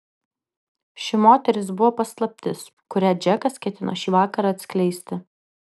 ši moteris buvo paslaptis kurią džekas ketino šį vakarą atskleisti